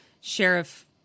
Sheriff